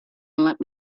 let